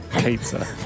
pizza